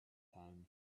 palm